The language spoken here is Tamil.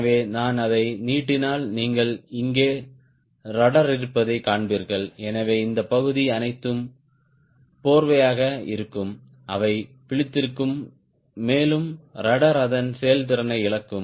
எனவே நான் அதை நீட்டினால் நீங்கள் இங்கே ரட்ட்ர் இருப்பதைக் காண்பீர்கள் எனவே இந்த பகுதி அனைத்தும் போர்வையாக இருக்கும் அவை விழித்திருக்கும் மேலும் ரட்ட்ர் அதன் செயல்திறனை இழக்கும்